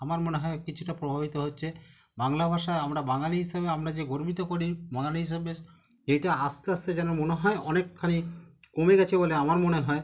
আমার মনে হয় কিছুটা প্রভাবিত হচ্ছে বাংলা ভাষায় আমরা বাঙালি হিসাবে আমরা যে গর্বিত করি বাঙালি হিসাবে এটা আসতে আসতে যেন মনে হয় অনেকখানি কমে গেছে বলে আমার মনে হয়